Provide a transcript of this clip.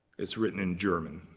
it's written in german.